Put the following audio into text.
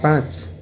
पाँच